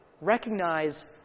recognize